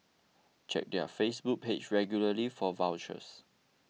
check their Facebook page regularly for vouchers